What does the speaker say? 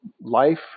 life